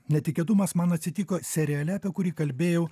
netikėtumas man atsitiko seriale apie kurį kalbėjau